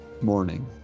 Morning